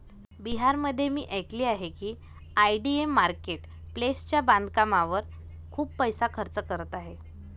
बिहारमध्ये मी ऐकले आहे की आय.डी.ए मार्केट प्लेसच्या बांधकामावर खूप पैसा खर्च करत आहे